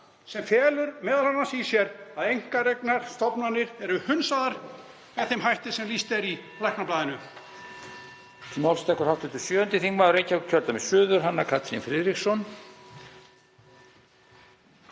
sem felur m.a. í sér að einkareknar stofnanir eru hunsaðar með þeim hætti sem lýst er í Læknablaðinu.